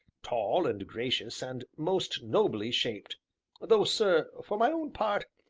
tall, and gracious, and most nobly shaped though, sir, for my own part,